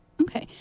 Okay